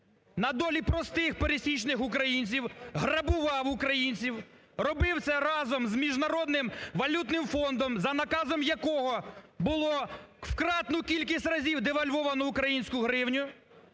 на долі простих пересічних українців, грабував українців, робив це разом з Міжнародним валютним фондом, за наказом якого було в кратну кількість разів девальвовано українську гривню,